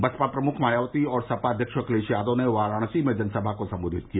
बसपा प्रमुख मायावती और सपा अध्यक्ष अखिलेश यादव ने वाराणसी में जनसभा को संबोधित किया